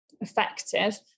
effective